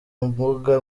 mbuga